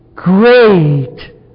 great